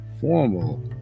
formal